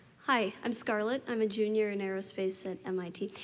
hi, i'm scarlet. i'm a junior in aerospace at mit,